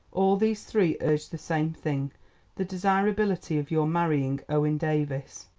all these three urged the same thing the desirability of your marrying owen davies.